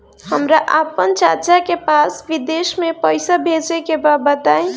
हमरा आपन चाचा के पास विदेश में पइसा भेजे के बा बताई